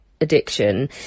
addiction